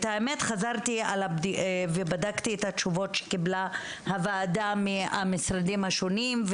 האמת היא שחזרתי ובדקתי את התשובות שקיבלה הוועדה מהמשרדים השונים.